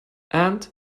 and